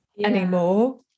anymore